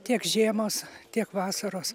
tiek žiemos tiek vasaros